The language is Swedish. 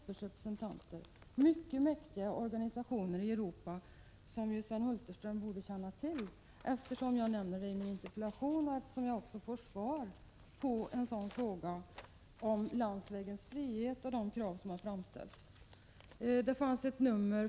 Det är fråga om mycket mäktiga organisationer i Europa, vilket Sven Hulterström borde känna till eftersom jag nämnde detta i min interpellation och också har fått svar på frågan om ”landsvägens frihet” och de krav som framförs i det sammanhanget.